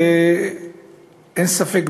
אין ספק,